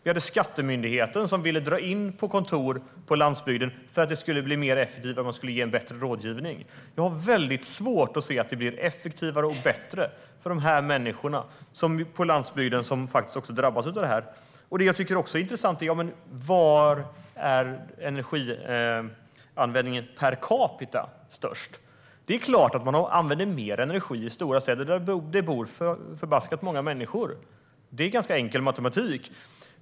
Skattemyndigheten ville dra ned antalet kontor på landsbygden för att det skulle bli mer effektivt och leda till bättre rådgivning. Jag har svårt att se att det blir effektivare och bättre rådgivning för de människor på landsbygden som drabbas av det här. Det är också intressant att titta på var energianvändningen per capita är störst. Det är klart att det används mer energi i stora städer, där det bor förbaskat många människor. Det är ganska enkel matematik.